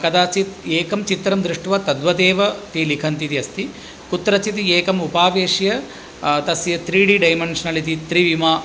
कदाचित् एकं चित्रं दृष्ट्वा तद्वदेव ते लिखन्ति इति अस्ति कुत्रचित् एकम् उपावेश्य तस्य त्रि डि डैमेन्शनल् इति त्रिमा